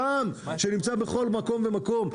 את העם שנמצא בכל מקום ומקום.